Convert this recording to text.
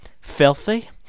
filthy